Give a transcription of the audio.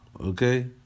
okay